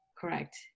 Correct